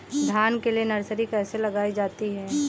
धान के लिए नर्सरी कैसे लगाई जाती है?